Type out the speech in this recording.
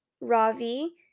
Ravi